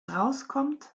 rauskommt